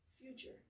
future